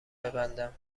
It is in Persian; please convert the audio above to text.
ببندم